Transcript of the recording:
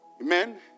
Amen